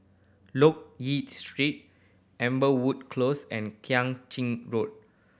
Loke Yew Street Amberwood Close and Kang Ching Road